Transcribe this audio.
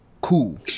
cool